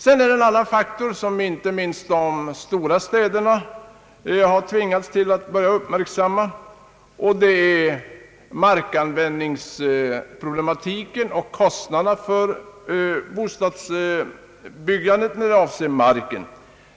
En annan faktor, som inte minst de stora städerna har tvingats till att börja uppmärksamma, är markanvändningsproblematiken och kostnaderna för bostadsbyggandet i vad avser marken.